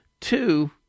Two